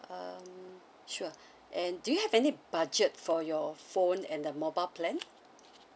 um sure and do you have any budget for your phone and the mobile plan